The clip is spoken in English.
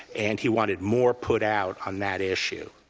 and he wanted more put out on that issue.